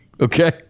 Okay